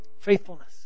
faithfulness